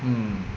mm